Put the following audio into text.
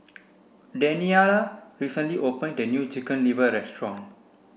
Daniella recently opened a new chicken liver restaurant